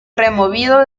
removido